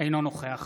אינו נוכח